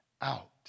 out